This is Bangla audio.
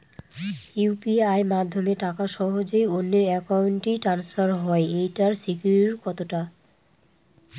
ইউ.পি.আই মাধ্যমে টাকা সহজেই অন্যের অ্যাকাউন্ট ই ট্রান্সফার হয় এইটার সিকিউর কত টা?